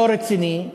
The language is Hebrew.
לא רציני,